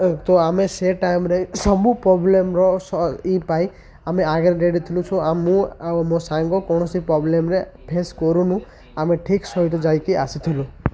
ତ ଆମେ ସେ ଟାଇମ୍ରେ ସବୁ ପ୍ରୋବ୍ଲେମ୍ର ପ ଇ ପାଇଁ ଆମେ ଆଗରେ ରେଡ଼ିଥିଲୁ ସ ଆ ମୁଁ ଆଉ ମୋ ସାଙ୍ଗ କୌଣସି ପ୍ରୋବ୍ଲେମ୍ରେେ ଫେସ୍ କରୁନୁ ଆମେ ଠିକ୍ ସହିତ ଯାଇକି ଆସିଥିଲୁ